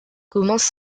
commence